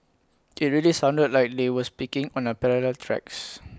IT really sounded like they were speaking on A parallel tracks